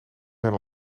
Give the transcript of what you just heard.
zijn